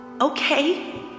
Okay